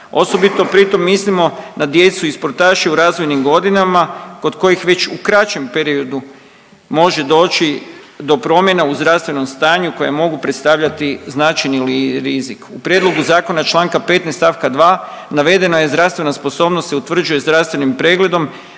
Osobito pritom mislimo na djecu i sportaše u razvojnim godinama, kod kojih već u kraćem periodu može doći do promjena u zdravstvenom stanju koja mogu predstavljati značajni rizik. U Prijedlogu zakona čl. 15 st. 2 navedena je, zdravstvena sposobnost se utvrđuje zdravstvenim pregledom